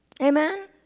Amen